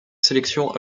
sélections